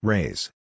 Raise